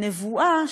נבואה,